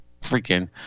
freaking